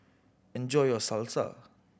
enjoy your Salsa